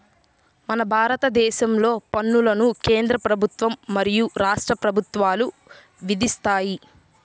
మన భారతదేశంలో పన్నులను కేంద్ర ప్రభుత్వం మరియు రాష్ట్ర ప్రభుత్వాలు విధిస్తాయి